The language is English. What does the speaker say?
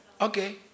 Okay